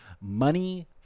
money